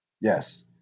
Yes